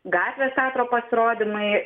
gatvės teatro pasirodymai